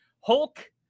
hulk